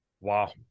Wow